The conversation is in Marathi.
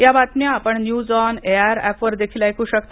या बातम्या आपण न्यूज ऑन एआयआर ऍपवर देखील ऐकू शकता